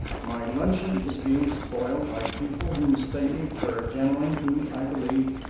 my luncheon is being spoiled by people who mistake me for a gentleman who, i believe,